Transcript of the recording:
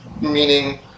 Meaning